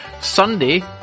Sunday